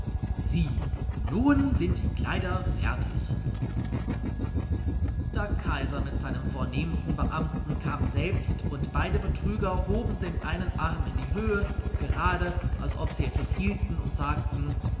sieh nun sind die kleider fertig der kaiser mit seinen vornehmsten beamten kam selbst und beide betrüger hoben den einen arm in die höhe gerade als ob sie etwas hielten und sagten